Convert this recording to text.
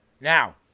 Now